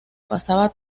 pasaba